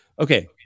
Okay